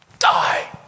Die